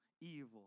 evil